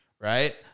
right